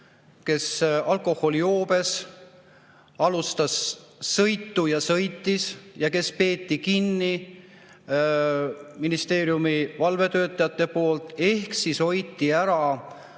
kes alkoholijoobes alustas sõitu ja peeti kinni ministeeriumi valvetöötajate poolt ehk siis hoiti ära